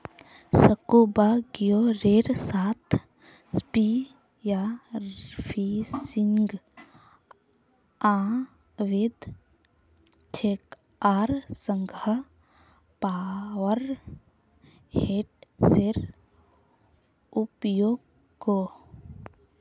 scuba गियरेर साथ spearfishing अवैध छेक आर संगह पावर हेड्सेर उपयोगो